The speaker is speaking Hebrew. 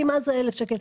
כי מה זה 1,000 שקל?